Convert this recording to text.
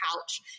couch